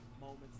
moments